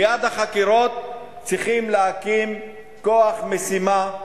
ליד החקירות צריכים להקים כוח משימה,